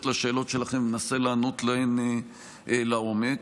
לשאלות שלכם ומנסה לענות עליהן לעומק.